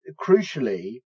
crucially